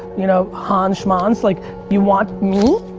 you know hans-shmanz, like you want me?